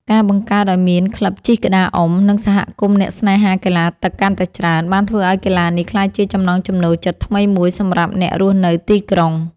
ការបង្កើតឱ្យមានក្លឹបជិះក្តារអុំ និងសហគមន៍អ្នកស្នេហាកីឡាទឹកកាន់តែច្រើន បានធ្វើឱ្យកីឡានេះក្លាយជាចំណង់ចំណូលចិត្តថ្មីមួយសម្រាប់អ្នករស់នៅទីក្រុង។